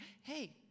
hey